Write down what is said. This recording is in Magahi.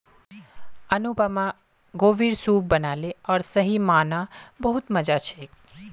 अनुपमा गोभीर सूप बनाले आर सही म न बहुत मजा छेक